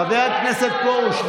חבר הכנסת פרוש.